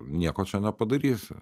nieko čia nepadarysi